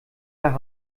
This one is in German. nach